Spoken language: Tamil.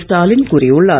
ஸ்டாலின் கூறியுள்ளார்